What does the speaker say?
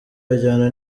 ajyana